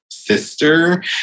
sister